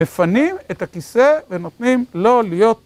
מפנים את הכיסא ונותנים לו להיות.